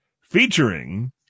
featuring